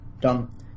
Done